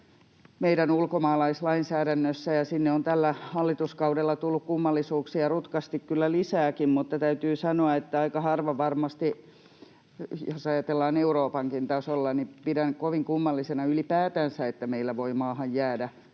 meidän ulkomaalaislainsäädännössä, ja sinne on tällä hallituskaudella tullut kummallisuuksia rutkasti kyllä lisääkin, mutta täytyy sanoa, että aika harva varmasti... Jos ajatellaan Euroopankin tasolla, niin pidän kovin kummallisena ylipäätään, että meillä voi maahan jäädä